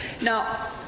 Now